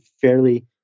fairly